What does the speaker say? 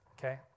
okay